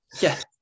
yes